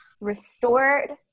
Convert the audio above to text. Restored